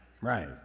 Right